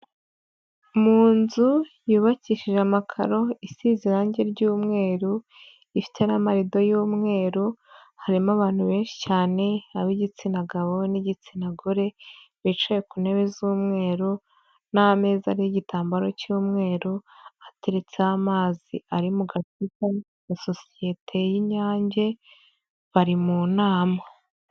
Mu nzu yubakishije amakaro, isize irangi ry'mweru, ifite n'amarido y'umweru harimo abantu benshi cyane ab'igitsina gabo n'igitsina gore, bicaye ku ntebe z'umweru n'ameza ariho igitambaro cy'umweru, ateretseho amazi ari mu gacupa ya sosiyete y'Inyange, bari mu nama.